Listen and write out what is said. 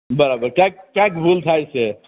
બરાબર ક્યાંક ક્યાંક ભૂલ થાય છે